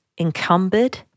encumbered